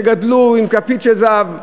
שגדלו עם כפית של זהב,